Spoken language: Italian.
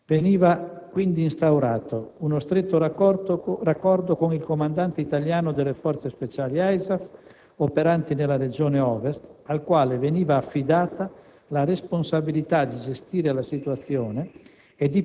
Veniva quindi instaurato uno stretto raccordo con il comandante italiano delle forze speciali ISAF operanti nella regione Ovest, al quale veniva affidata la responsabilità di gestire la situazione